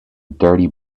dirty